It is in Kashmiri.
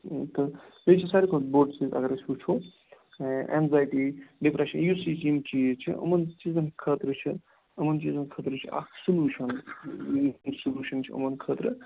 تہٕ بیٚیہِ چھِ ساروی کھۄتہٕ بوٚڑ چیٖز اَگر أسۍ وُچھٕو اٮ۪نزایٹی ڈِپرَشَن یُس یہِ یِم چیٖز چھِ یِمَن چیٖزَن خٲطرٕ چھِ یِمَن چیٖزَن خٲطرٕ چھِ اَکھ سُلوٗشَن اَکھ یہِ سُلوٗشَن چھِ یِمَن خٲطرٕ